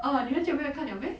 oh 你很久没有看了 meh